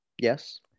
yes